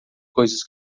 coisas